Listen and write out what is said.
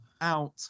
out